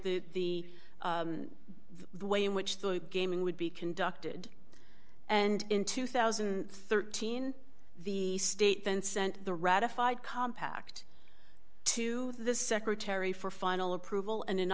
proceed the way in which the gaming would be conducted and in two thousand and thirteen the state then sent the ratified compact to the secretary for final approval and in